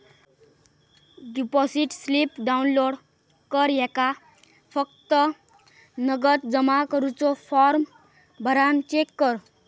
deposit slip download कर ह्येका फक्त नगद जमा करुचो फॉर्म भरान चेक कर